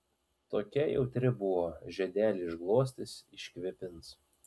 tokia jautri buvo žiedelį išglostys iškvėpins